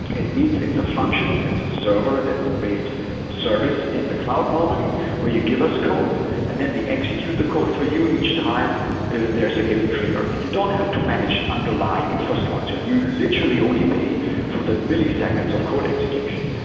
it means it's a function, it's a server that service in the cloud normally where you give us code and then we execute the code for you each time there's a given trigger. and you don't have to manage underlying infrastructure and you literally only pay for the milliseconds of code execution.